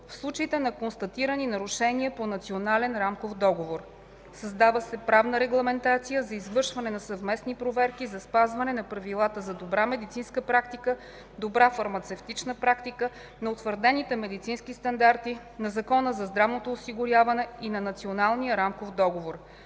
в случаите на констатирани нарушения по Национален рамков договор. Създава се правна регламентация за извършване на съвместни проверки за спазване на правилата за добра медицинска практика, добра фармацевтична практика, на утвърдените медицински стандарти, на Закона за здравното осигуряване и на Националния рамков договор.